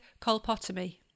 colpotomy